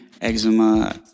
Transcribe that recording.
eczema